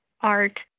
art